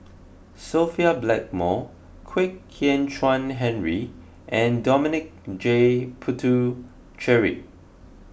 Sophia Blackmore Kwek Hian Chuan Henry and Dominic J Puthucheary